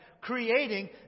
creating